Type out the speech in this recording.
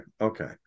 Okay